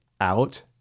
out